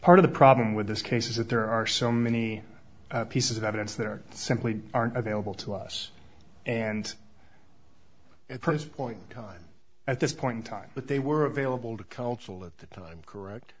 part of the problem with this case is that there are so many pieces of evidence that simply aren't available to us and at present point in time at this point in time but they were available to counsel at the time correct